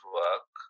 work